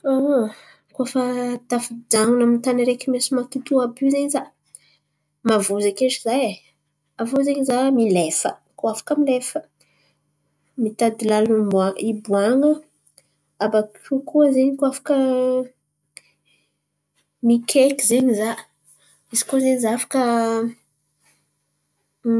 Koa fa tafijanon̈o amy ny tany areky, misy matotoa àby io zen̈y za mavozo kendriky za e! Avô za milefa, koa afaka milefa, mitady lalàn̈a miboan̈a hiboan̈a, abakiô koa zen̈y koa afaka, mikaiky zen̈y za, izy koa zen̈y afaka. Ino